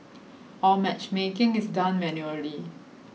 all matchmaking is done manually